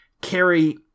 carry